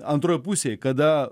antroj pusėj kada